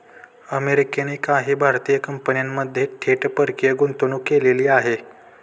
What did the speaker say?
अमेरिकेने काही भारतीय कंपन्यांमध्ये थेट परकीय गुंतवणूक केलेली आहे